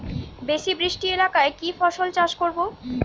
বেশি বৃষ্টি এলাকায় কি ফসল চাষ করব?